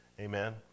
Amen